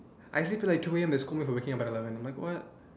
I sleep at like two A_M they scold me for like waking up at eleven like what